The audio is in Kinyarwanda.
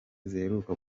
ziheruka